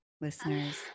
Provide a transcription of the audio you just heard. listeners